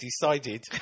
decided